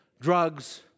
drugs